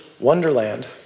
wonderland